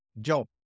job